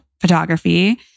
photography